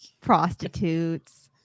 prostitutes